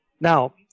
Now